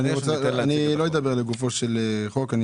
לא אדבר לגופו של החוק.